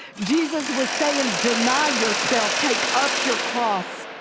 jesus was saying deny yourself. take up your cross.